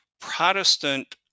Protestant